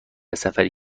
سفری